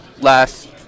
last